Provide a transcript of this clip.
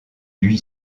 lui